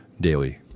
daily